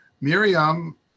miriam